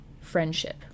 friendship